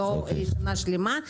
לא על שנה שלמה,